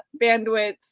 bandwidth